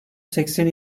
seksen